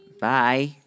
Bye